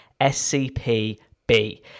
scpb